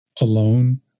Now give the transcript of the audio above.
alone